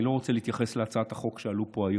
אני לא רוצה להתייחס להצעת החוק שעלתה פה היום,